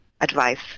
Advice